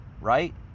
right